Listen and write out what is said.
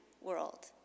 World